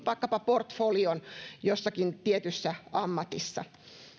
vaikkapa portfolion jossakin tietyssä ammatissa